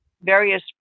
Various